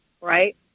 Right